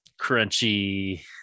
crunchy